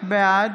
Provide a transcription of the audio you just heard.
בעד